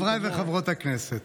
חברי וחברות הכנסת,